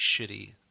shitty